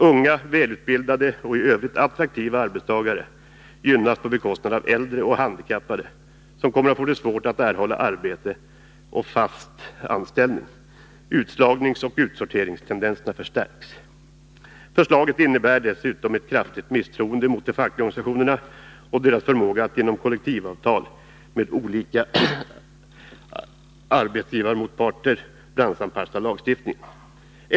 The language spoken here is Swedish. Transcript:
Unga, välutbildade och i övrigt attraktiva arbetstagare gynnas på bekostnad av äldre och handikappade, som kommer att få det svårt att erhålla arbete och fast anställning. Utslagningsoch utsorteringstendenserna förstärks. Förslaget innebär dessutom ett kraftigt misstroende mot de fackliga organisationerna och deras förmåga att genom kollektivavtal med olika arbetsgivarmotparter branschanpassa lagstiftningen.